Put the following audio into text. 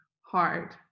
hard